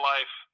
Life